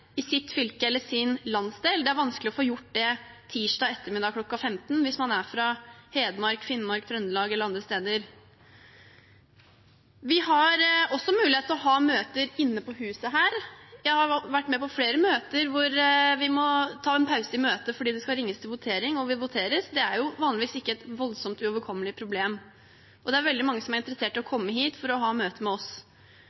i sitt fylke eller i sin landsdel. Det er vanskelig å få gjort det tirsdag ettermiddag kl. 15 hvis man er fra Hedmark, Finnmark, Trøndelag eller andre steder. Vi har også mulighet til å ha møter inne på huset her. Jeg har vært med på flere møter hvor vi har måttet ta en pause i møtet fordi det ringes til votering og vi må votere. Det er vanligvis ikke et voldsomt og uoverkommelig problem. Det er veldig mange som er interessert i å